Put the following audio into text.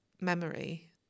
memory